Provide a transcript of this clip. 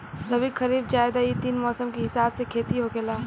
रबी, खरीफ, जायद इ तीन मौसम के हिसाब से खेती होखेला